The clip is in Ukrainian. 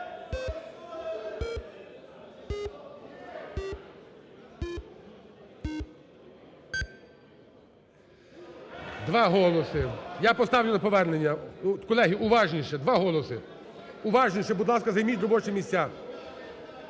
Два голоси. Я поставлю на повернення. Колеги, уважніше! Два голоси! Уважніше! Будь ласка, займіть робочі місця.